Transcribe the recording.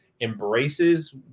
embraces